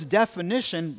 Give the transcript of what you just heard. definition